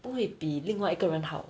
不会比另外一个人好